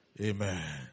Amen